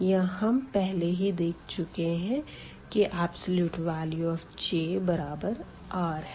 यहाँ हम पहले ही देख चुके है की Jr है